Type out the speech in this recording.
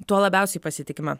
tuo labiausiai pasitikima